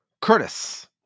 Curtis